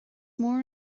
mór